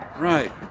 Right